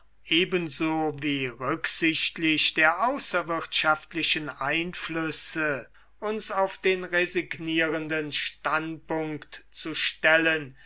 ebenso wie rücksichtlich der außerwirtschaftlichen einflüsse uns auf den resignierenden standpunkt zu stellen